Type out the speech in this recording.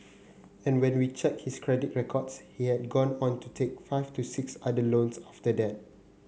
and when we checked his credit records he had gone on to take five to six other loans after that